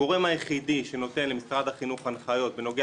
הגורם היחידי שנותן למשרד החינוך הנחיות בנוגע